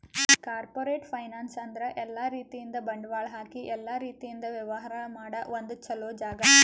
corporate finance ಅಂದ್ರ ಎಲ್ಲಾ ರೀತಿಯಿಂದ್ ಬಂಡವಾಳ್ ಹಾಕಿ ಎಲ್ಲಾ ರೀತಿಯಿಂದ್ ವ್ಯವಹಾರ್ ಮಾಡ ಒಂದ್ ಚೊಲೋ ಜಾಗ